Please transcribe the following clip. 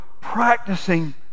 practicing